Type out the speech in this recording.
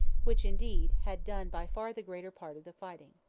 which, indeed, had done by far the greater part of the fighting.